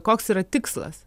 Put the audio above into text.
koks yra tikslas